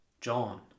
John